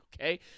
Okay